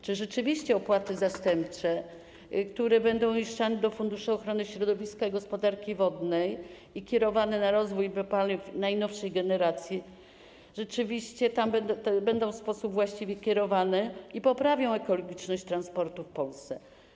Czy opłaty zastępcze, które będą uiszczane do funduszu ochrony środowiska i gospodarki wodnej i kierowane na rozwój biopaliw najnowszej generacji, rzeczywiście będą w sposób właściwy kierowane i poprawią ekologiczność transportu w Polsce?